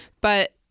But-